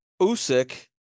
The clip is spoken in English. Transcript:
Usyk